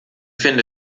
finde